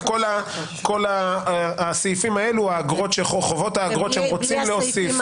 כל הסעיפים האלו, חובות האגרות שהם רוצים להוסיף.